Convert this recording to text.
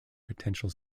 potential